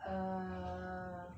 err